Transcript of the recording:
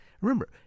Remember